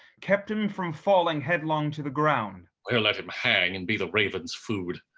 kept him from falling headlong to the ground. there let him hang, and be the ravens' food.